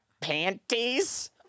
panties